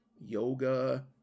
yoga